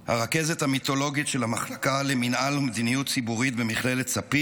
הרכזת המיתולוגית של המחלקה למינהל ומדיניות ציבורית במכללת ספיר,